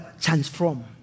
transform